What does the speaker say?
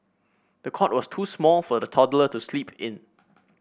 the cot was too small for the toddler to sleep in